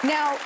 Now